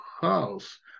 house